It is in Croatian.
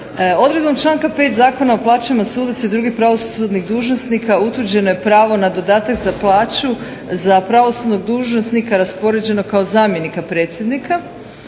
Odredbom članka 5. Zakona o plaćama sudaca i drugih pravosudnih dužnosnika utvrđeno je pravo na dodatak za plaću za pravosudnog dužnosnika raspoređenog kao zamjenika predsjednika